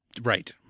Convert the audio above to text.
Right